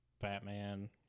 Batman